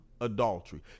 adultery